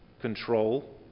control